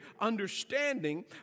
understanding